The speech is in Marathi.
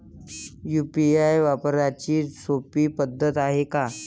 यू.पी.आय वापराची सोपी पद्धत हाय का?